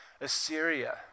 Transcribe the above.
Assyria